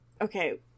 okay